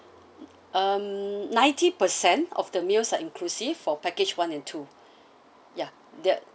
um ninety percent of the meals are inclusive for package one and two ya that